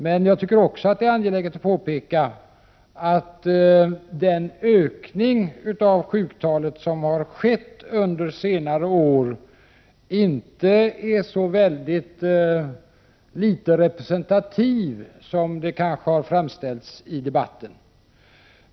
Men jag tycker att det också är angeläget att påpeka att den ökning av sjuktalet som har skett under senare år inte är så representativ som den kanske framställts i debatten.